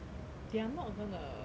they are not gonna